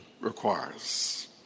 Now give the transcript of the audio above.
requires